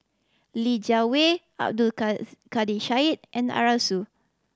Li Jiawei Abdul Kadir Syed and Arasu